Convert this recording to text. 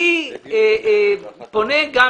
אני פונה גם